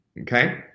Okay